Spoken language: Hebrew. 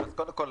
אז קודם כול,